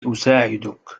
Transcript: أساعدك